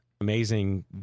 amazing